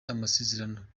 amasezerano